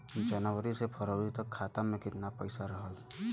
जनवरी से फरवरी तक खाता में कितना पईसा रहल?